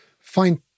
find